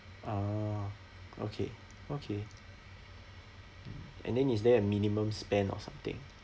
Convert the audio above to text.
orh okay okay and then is there a minimum spend or something